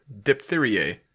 diphtheriae